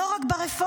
לא רק ברפורמה,